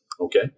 Okay